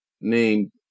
named